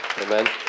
Amen